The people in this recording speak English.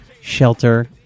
shelter